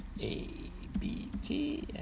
ABT